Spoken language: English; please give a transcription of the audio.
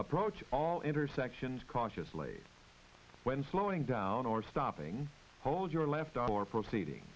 approach all intersections cautiously when slowing down or stopping all your left or proceeding